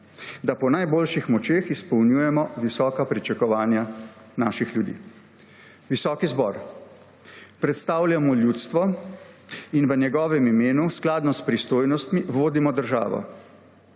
da po najboljših močeh izpolnjujemo visoka pričakovanja naših ljudi. Visoki zbor! Predstavljamo ljudstvo in v njegovem imenu, skladno s pristojnostmi vodimo državo.